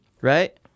right